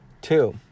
Two